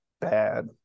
bad